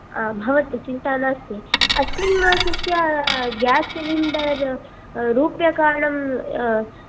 भवति चिन्ता नास्ति अस्मिन् मासस्य ग्यास् सिलेंडर् रूपकानि